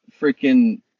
freaking